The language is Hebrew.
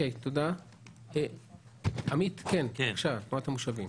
עמית, תנועת המושבים.